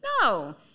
No